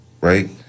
right